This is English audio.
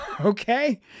Okay